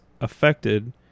affected